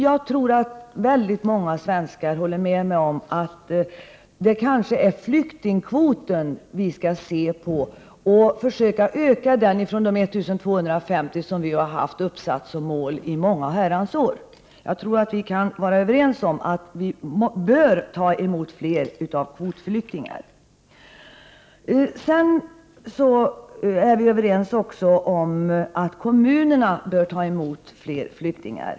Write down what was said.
Jag tror att väldigt många svenskar håller med mig om att det kanske är flyktingkvoten vi skall se över och öka flyktingkvoten på 1 250 som Sverige har haft som mål under många år. Jag tror att vi kan vara överens om att vi bör ta emot fler s.k. kvotflyktingar. Vi är också överens om att kommunerna bör ta emot fler flyktingar.